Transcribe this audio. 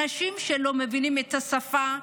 אנשים שלא מבינים את השפה,